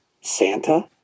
Santa